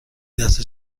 دسته